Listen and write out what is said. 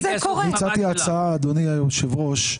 הצעתי הצעה, אדוני היושב-ראש.